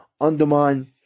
undermine